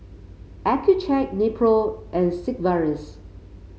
Accucheck Nepro and Sigvaris